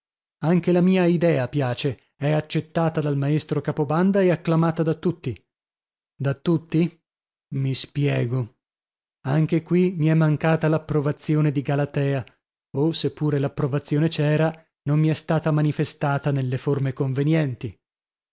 anche la mia idea piace è accettata dal maestro capobanda e acclamata da tutti da tutti mi spiego anche qui mi è mancata l'approvazione di galatea o se pure l'approvazione c'era non mi è stata manifestata nelle forme convenienti